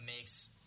makes